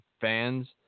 fans